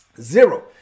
Zero